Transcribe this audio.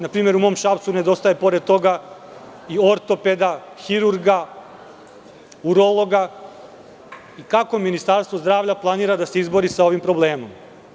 Na primer u Šapcu nedostaje pored toga i ortopeda, hirurga, urologa, i kako ministarstvo zdravlja planira da se izbori sa ovim problemom?